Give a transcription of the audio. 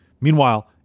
Meanwhile